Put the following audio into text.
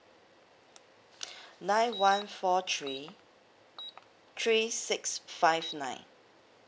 nine one four three three six five nine